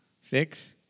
Six